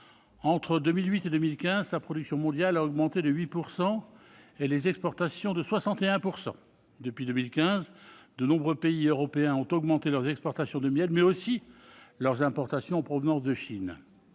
Entre 2008 et 2015, sa production mondiale a augmenté de 8 %, et les exportations de 61 %. Depuis 2015, de nombreux pays européens ont accru leurs exportations de miel, mais aussi leurs importations en provenance de Chine.